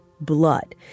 blood